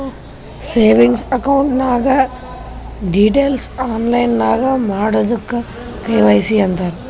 savings account ನಾಗ್ details online ನಾಗ್ ಮಾಡದುಕ್ ಕೆ.ವೈ.ಸಿ ಅಂತಾರ್